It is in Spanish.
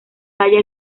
talla